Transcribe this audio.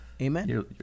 Amen